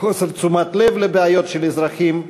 חוסר תשומת לב לבעיות של אזרחים,